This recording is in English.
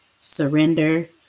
surrender